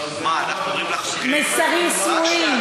מה, אנחנו אומרים לחוקרים, מסרים סמויים.